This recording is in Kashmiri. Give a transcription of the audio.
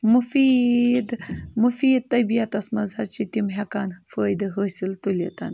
مُفیٖد مُفیٖد طبیتَس منٛز حظ چھِ تِم ہٮ۪کان فٲیدٕ حٲصِل تُلِتھ